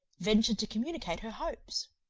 ventured to communicate her hopes.